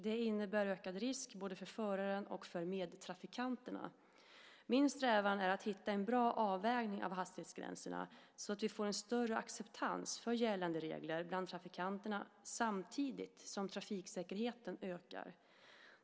Det innebär ökad risk både för föraren och för medtrafikanterna. Min strävan är att hitta en bra avvägning av hastighetsgränserna så att vi får en större acceptans för gällande regler bland trafikanterna samtidigt som trafiksäkerheten ökar.